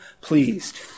pleased